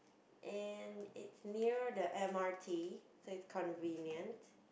and it's near the m_r_t so it's convenient